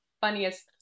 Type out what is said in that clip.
funniest